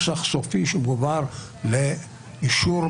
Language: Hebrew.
קראתי את הצעתך, ואני מקווה שאני מדייקת.